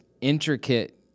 intricate